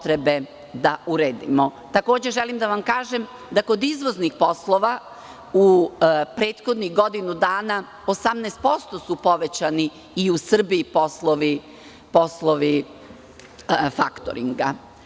Takođe želim da vam kažem da kod izvoznih poslova u prethodnih godinu dana su 18% povećani i u Srbiji poslovi faktoringa.